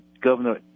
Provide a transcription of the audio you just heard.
governor